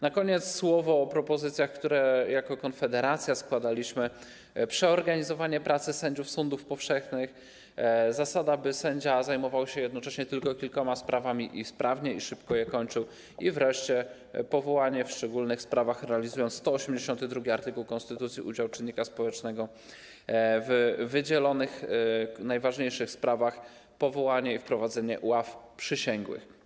Na koniec słowo o propozycjach, które jako Konfederacja składaliśmy - przeorganizowanie pracy sędziów sądów powszechnych, zasada, by sędzia zajmował się jednocześnie tylko kilkoma sprawami i sprawnie i szybko je kończył, i wreszcie w szczególnych sprawach, w ramach realizacji art. 182 konstytucji, udział czynnika społecznego, w wydzielonych najważniejszych sprawach powołanie i wprowadzenie ław przysięgłych.